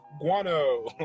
Guano